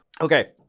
Okay